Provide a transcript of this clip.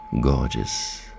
Gorgeous